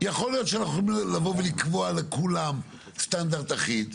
יכול להיות שנכון לבוא ולקבוע לכולם סטנדרט אחיד.